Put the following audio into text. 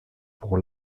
pour